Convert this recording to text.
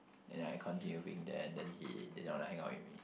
and I continue being there and then he didn't wanna hang out with me